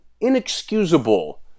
inexcusable